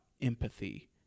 empathy